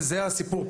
זה הסיפור,